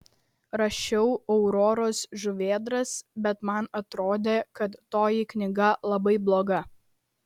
rašiau auroros žuvėdras bet man atrodė kad toji knyga labai bloga